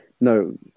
No